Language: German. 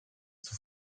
zur